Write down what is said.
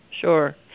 Sure